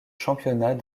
championnat